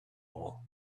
all